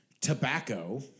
Tobacco